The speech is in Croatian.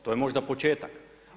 To je možda početak.